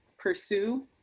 Pursue